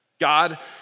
God